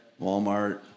Walmart